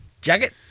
jacket